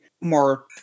more